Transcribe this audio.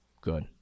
good